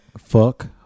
fuck